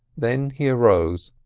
then he arose,